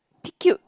pick cute